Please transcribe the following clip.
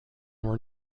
were